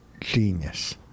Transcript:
genius